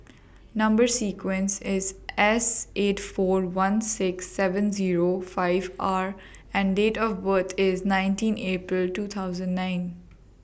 Number sequence IS S eight four one six seven Zero five R and Date of birth IS nineteen April two thousand nine